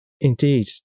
indeed